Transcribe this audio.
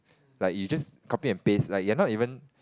like you just copy and paste like you are not even